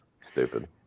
stupid